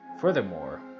Furthermore